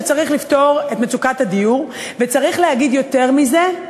שצריך לפתור את מצוקת הדיור וצריך להגיד יותר מזה: